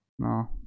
No